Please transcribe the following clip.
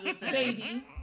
baby